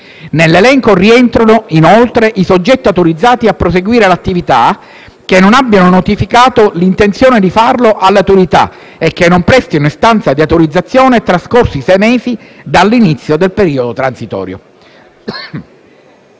Nell'elenco rientrano inoltre i soggetti autorizzati a proseguire l'attività che non abbiamo notificato l'intenzione di farlo all'autorità e che non prestino un'istanza di autorizzazione trascorsi sei mesi dall'inizio del periodo transitorio.